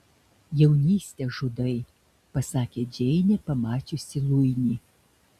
jaunystę žudai pasakė džeinė pamačiusi luinį